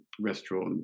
restaurant